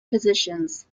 positions